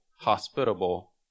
hospitable